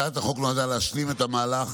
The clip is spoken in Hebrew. הצעת החוק נועדה להשלים את המהלך